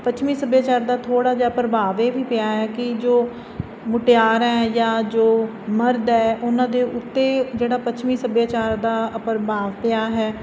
ਪੱਛਮੀ ਸੱਭਿਆਚਾਰ ਦਾ ਥੋੜਾ ਜਿਹਾ ਪ੍ਰਭਾਵ ਇਹ ਵੀ ਪਿਆ ਹੈ ਕਿ ਜੋ ਮੁਟਿਆਰ ਹ ਜਾਂ ਜੋ ਮਰਦ ਹੈ ਉਹਨਾਂ ਦੇ ਉੱਤੇ ਜਿਹੜਾ ਪੱਛਮੀ ਸੱਭਿਆਚਾਰ ਦਾ ਪ੍ਰਭਾਵ ਪਿਆ ਹੈ